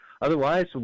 Otherwise